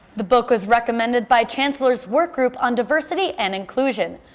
the book was recommended by chancellor's workgroup on diversity and inclusion.